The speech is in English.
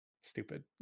stupid